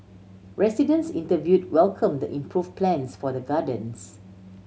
residents interviewed welcomed the improved plans for the gardens